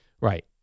Right